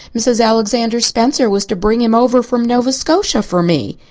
mrs. alexander spencer was to bring him over from nova scotia for me.